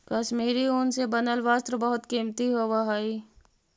कश्मीरी ऊन से बनल वस्त्र बहुत कीमती होवऽ हइ